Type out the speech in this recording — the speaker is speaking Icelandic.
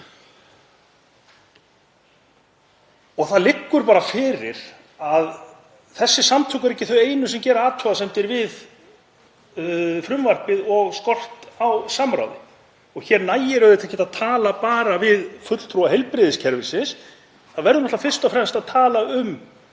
er. Það liggur fyrir að þessi samtök eru ekki þau einu sem gera athugasemdir við frumvarpið og skort á samráði. Og hér nægir auðvitað ekki að tala bara við fulltrúa heilbrigðiskerfisins, það verður fyrst og fremst að tala